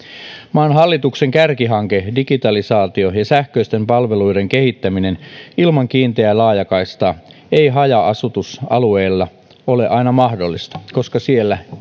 maan hallituksen kärkihanke digitalisaatio ja sähköisten palveluiden kehittäminen ilman kiinteää laajakaistaa ei haja asutusalueilla ole aina mahdollista koska siellä